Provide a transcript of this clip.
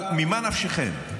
אבל ממה נפשכם,